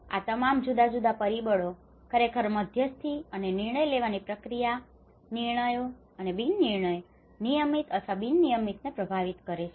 અને આ તમામ જુદા જુદા પરિબળો ખરેખર મધ્યસ્થી અને નિર્ણય લેવાની પ્રક્રિયા નિર્ણયો અથવા બિન નિર્ણય નિયમિત અથવા બિન નિયમિતને પ્રભાવિત કરે છે